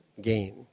gain